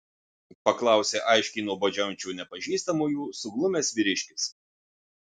paklausė aiškiai nuobodžiaujančių nepažįstamųjų suglumęs vyriškis